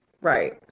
Right